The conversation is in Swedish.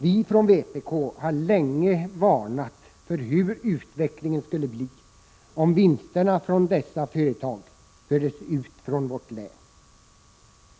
Vi har från vpk länge varnat för hur utvecklingen skulle bli om vinsterna från dessa företag fördes ut från vårt län.